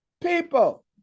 people